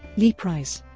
lee price